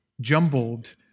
jumbled